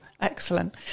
excellent